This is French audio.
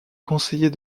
conseiller